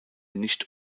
nicht